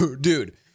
dude